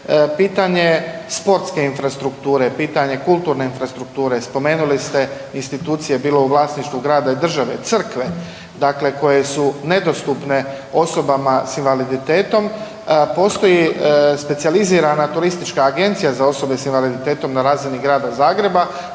pitanje sportske infrastrukture, pitanje kulturne infrastrukture, spomenuli ste institucije, bilo u vlasništvu grada i države, crkve, dakle koje su nedostupne osobama s invaliditetom, postoji specijalizirana turistička agencija za osobe s invaliditetom na razini Grada Zagreba